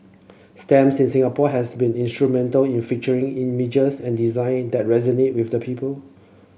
stamps in Singapore has been instrumental in featuring images and design that resonate with the people